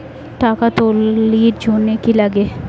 টাকা তুলির জন্যে কি লাগে?